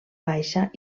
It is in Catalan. baixa